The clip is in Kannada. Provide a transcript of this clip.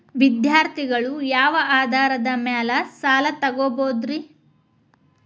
ವಿದ್ಯಾರ್ಥಿಗಳು ಯಾವ ಆಧಾರದ ಮ್ಯಾಲ ಸಾಲ ತಗೋಬೋದ್ರಿ?